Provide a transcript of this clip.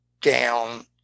down